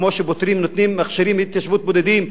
כמו שמכשירים התיישבות בודדים,